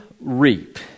reap